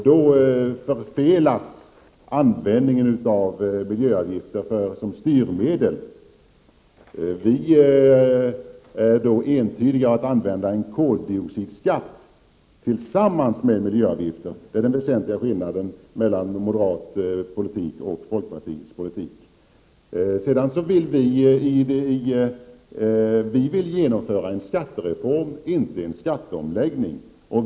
Då förfelas användningen av miljöavgifter som styrmedel. Vi har entydigt framfört att vi vill använda en koldioxidskatt tillsammans med miljöavgifter. Det är den väsentliga skillnaden mellan moderat politik och folkpartiets politik. Vi vill genomföra en skattereform, inte en skatteomläggning.